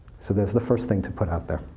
so there's the first thing to put out there.